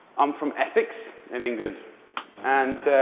i'm from essex in england and